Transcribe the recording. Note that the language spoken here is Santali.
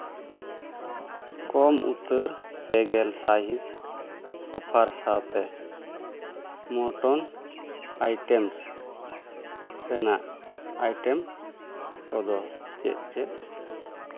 ᱠᱚᱢ ᱩᱛᱟᱹᱨ ᱯᱮ ᱜᱮᱞ ᱥᱟᱭᱤᱥ ᱚᱯᱷᱟᱨ ᱥᱟᱶᱛᱮ ᱢᱚᱴᱚᱱ ᱟᱭᱴᱮᱢᱥ ᱨᱮᱱᱟᱜ ᱟᱭᱴᱮᱢ ᱠᱚᱫᱚ ᱪᱮᱫ ᱪᱮᱫ